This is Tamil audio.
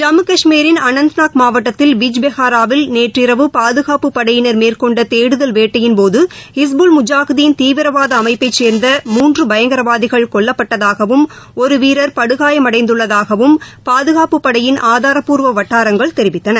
ஜம்மு கஷ்மீரின் அனந்த்நாக் மாவட்டத்தில் பிஜ் பெஹாராவில் நேற்றிரவு பாதுகாப்புப்படையினர் மேற்கொண்டதேடுதல் வேட்டையின்போதுஹிஸ்புல் முஜாகிதீன் மூன்றுபயங்கரவாதிகள் கொல்லப்பட்டதாகவும் ஒருவீரர் படுகாயமடைந்துள்ளதாகவும் பாதுகாப்புப்படையின் ஆதாரப்பூர்வவட்டாரங்கள் தெரிவித்தன